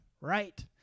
right